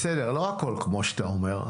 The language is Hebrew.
בסדר, לא הכול כמו שאתה אומר.